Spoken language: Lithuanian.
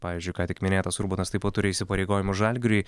pavyzdžiui ką tik minėtas urbonas taip pat turi įsipareigojimų žalgiriui